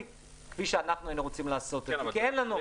כפי שאנחנו היינו רוצים לעשות כי אין לנו.